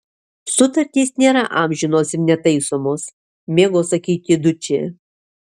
sutartys nėra amžinos ir netaisomos mėgo sakyti dučė